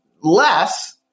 less